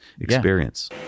experience